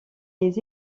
les